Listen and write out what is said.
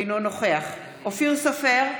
אינו נוכח אופיר סופר,